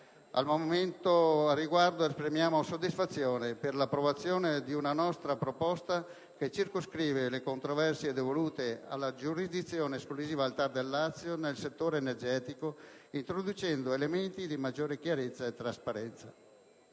in fondo. Al riguardo esprimiamo soddisfazione per l'approvazione di una nostra proposta che circoscrive le controversie devolute alla giurisdizione esclusiva del TAR Lazio nel settore energetico, introducendo elementi di maggior chiarezza e trasparenza.